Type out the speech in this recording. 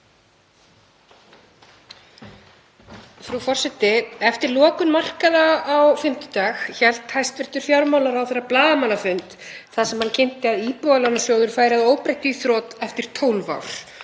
Frú forseti. Eftir lokun markaða á fimmtudag hélt hæstv. fjármálaráðherra blaðamannafund þar sem hann kynnti að Íbúðalánasjóður færi að óbreyttu í þrot eftir 12 ár